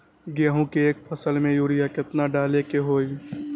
गेंहू के एक फसल में यूरिया केतना डाले के होई?